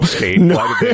No